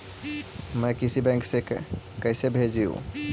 मैं किसी बैंक से कैसे भेजेऊ